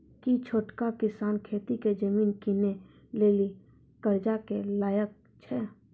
कि छोटका किसान खेती के जमीन किनै लेली कर्जा लै के लायक छै?